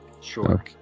Sure